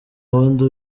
wundi